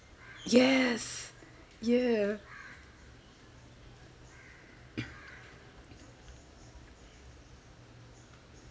yes yah